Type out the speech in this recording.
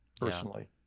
personally